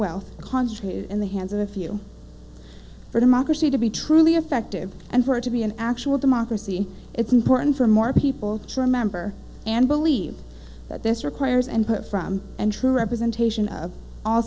wealth concentrated in the hands of a few for democracy to be truly effective and for it to be an actual democracy it's important for more people to remember and believe that this requires and put from and true representation of all